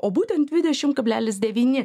o būtent dvidešim kablelis devyni